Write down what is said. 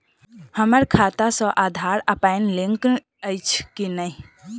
हम्मर खाता सऽ आधार आ पानि लिंक अछि की नहि?